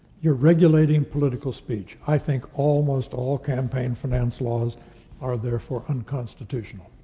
you're regulating political speech. i think almost all campaign finance laws are therefore unconstitutional.